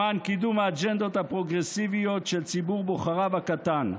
למען קידום האג'נדות הפרוגרסיביות של ציבור בוחריו הקטן,